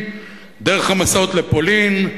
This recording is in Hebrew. דרך המסעות לפולין,